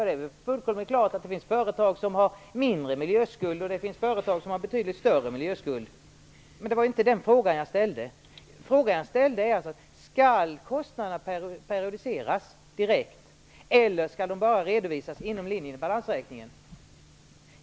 Det är fullkomligt klart att det finns företag som har mindre miljöskuld och det finns företag som har betydligt större miljöskuld. Men det var inte den frågan jag ställde. Jag ställde frågan om kostnaderna skall periodiseras direkt eller om de bara skall redovisas inom linjen i balansräkningen.